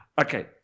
Okay